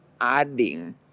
adding